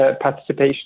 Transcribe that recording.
participation